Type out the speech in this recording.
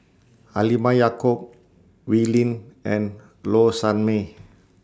Halimah Yacob Wee Lin and Low Sanmay